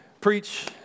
preach